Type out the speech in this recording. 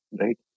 right